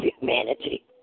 humanity